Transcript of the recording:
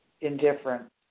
Indifferent